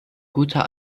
guter